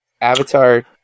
avatar